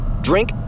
drink